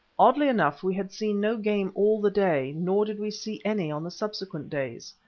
oddly enough we had seen no game all the day, nor did we see any on the subsequent days.